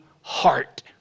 heart